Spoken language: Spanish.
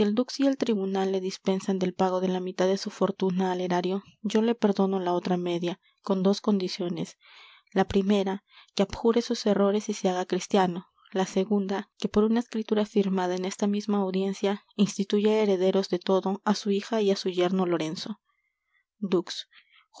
y el tribunal le dispensan del pago de la mitad de su fortuna al erario yo le perdono la otra media con dos condiciones la primera que abjure sus errores y se haga cristiano la segunda que por una escritura firmada en esta misma audiencia instituya herederos de todo á su hija y á su yerno lorenzo dux